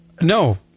No